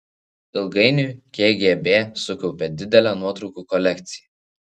ilgainiui kgb sukaupė didelę nuotraukų kolekciją